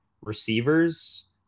receivers